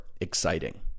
exciting